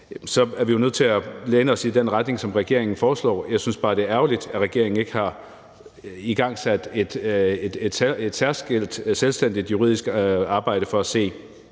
er vi jo nødt til at læne os i den retning, som regeringen foreslår. Jeg synes bare, det er ærgerligt, at regeringen ikke har igangsat et særskilt, selvstændigt juridisk arbejde for at se,